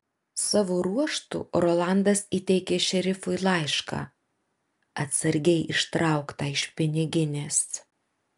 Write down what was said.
savo ruožtu rolandas įteikė šerifui laišką atsargiai ištrauktą iš piniginės